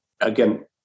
again